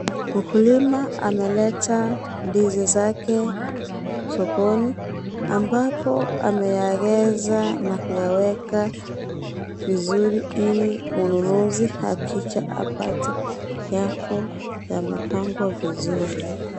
Mkulima ameleta ndizi zake sokoni ambapo ameyageza na kuyaweka vizuri ili mnunuzi akija apate yako yamepangwa vizuri.